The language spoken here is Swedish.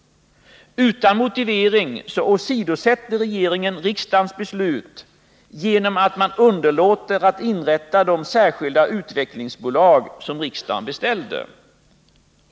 Utan motivering åsidosätter regeringen riksdagens beslut genom att man underlåter att inrätta de särskilda utvecklingsbolag som riksdagen beställde.